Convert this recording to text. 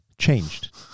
changed